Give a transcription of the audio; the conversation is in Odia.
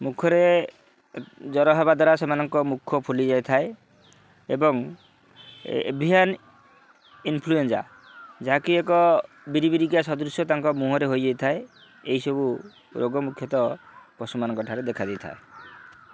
ମୁଖରେ ଜର ହେବା ଦ୍ୱାରା ସେମାନଙ୍କ ମୁଖ ଫୁଲି ଯାଇଥାଏ ଏବଂ ଏଭିୟନ୍ ଇନ୍ଫ୍ଲୁଏଞ୍ଜା ଯାହାକି ଏକ ବିରିବିରିକା ସଦୃଶ୍ୟ ତାଙ୍କ ମୁହଁରେ ହୋଇଯାଇଥାଏ ଏହିସବୁ ରୋଗ ମୁଖ୍ୟତଃ ପଶୁମାନଙ୍କ ଠାରେ ଦେଖା ଦେଇଥାଏ